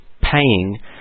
paying